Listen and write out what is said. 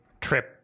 trip